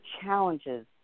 challenges